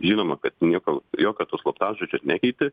žinoma kad nieko jokio to slaptažodžio ir nekeiti